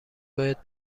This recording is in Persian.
باید